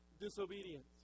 disobedience